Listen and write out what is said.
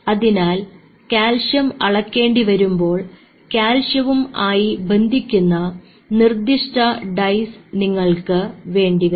അതിനാൽ കാൽസ്യം അളക്കേണ്ടി വരുമ്പോൾ കാൽസ്യവും ആയി ബന്ധിക്കുന്ന നിർദ്ദിഷ്ഠ ഡൈസ് നിങ്ങൾക്ക് വേണ്ടി വരും